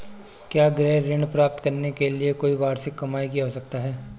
क्या गृह ऋण प्राप्त करने के लिए कोई वार्षिक कमाई की आवश्यकता है?